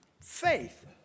Faith